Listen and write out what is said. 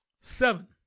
Seven